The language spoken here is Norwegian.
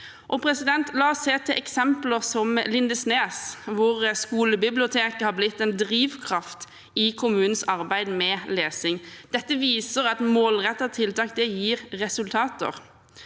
læring. La oss se til eksempler som Lindesnes, hvor skolebiblioteket har blitt en drivkraft i kommunens arbeid med lesing. Dette viser at målrettede tiltak gir resultater.